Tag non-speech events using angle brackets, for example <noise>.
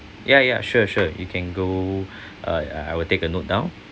yeah yeah sure sure you can go <breath> uh uh I will take a note down